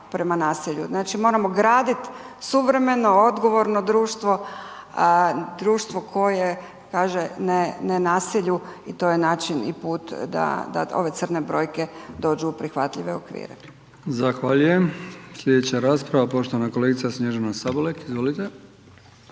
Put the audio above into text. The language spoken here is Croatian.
znači moramo gradit suvremeno, odgovorno društvo, društvo koje kaže ne, ne nasilju i to je način i put da, da ove crne brojke dođu u prihvatljive okvire. **Brkić, Milijan (HDZ)** Zahvaljujem. Slijedeća rasprava poštovana kolegica Snježana Sabolek, izvolite.